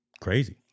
crazy